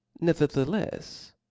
nevertheless